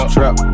Trap